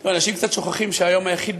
אנשים קצת שוכחים שהיום היחיד,